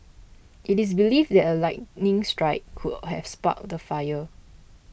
it is believed that a lightning strike could have sparked the fire